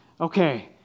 Okay